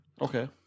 Okay